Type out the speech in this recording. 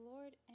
Lord